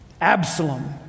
Absalom